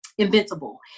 invincible